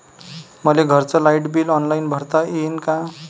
मले घरचं light bill online भरता येईन का?